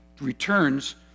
returns